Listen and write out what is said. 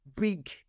big